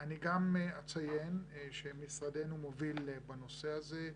אני גם אציין שמשרדנו מוביל בנושא הזה,